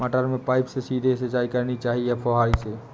मटर में पाइप से सीधे सिंचाई करनी चाहिए या फुहरी से?